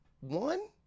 One